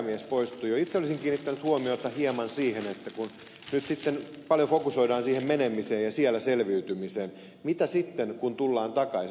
itse olisin kiinnittänyt huomiota hieman siihen että kun nyt paljon fokusoidaan sinne menemiseen ja siellä selviytymiseen niin mitä sitten kun tullaan takaisin